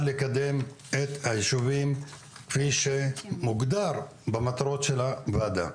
לקדם את הישובים כפי שמוגדר במטרות הוועדה.